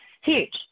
Huge